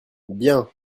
bien